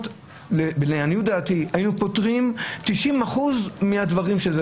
לדעתי בנהלים היינו פותרים 90 אחוזים מהדברים.